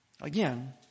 again